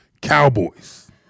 Cowboys